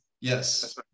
yes